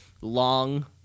long